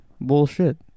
Bullshit